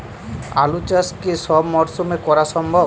আলু চাষ কি সব মরশুমে করা সম্ভব?